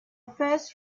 first